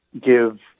give